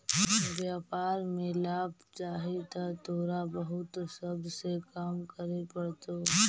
व्यापार में लाभ चाहि त तोरा बहुत सब्र से काम करे पड़तो